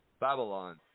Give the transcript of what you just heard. Babylon